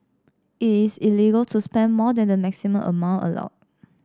it is illegal to spend more than the maximum amount allowed